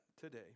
today